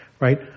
right